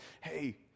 hey